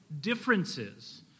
differences